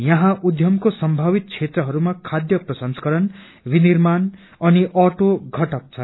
यहाँ उद्यमको सम्भावित क्षेत्रहरूमा खाद्य प्रसंस्करण विनिर्माण अनि अटो घटक छन्